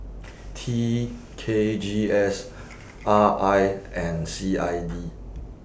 T K G S R I and C I D